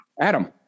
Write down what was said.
Adam